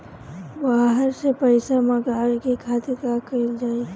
बाहर से पइसा मंगावे के खातिर का कइल जाइ?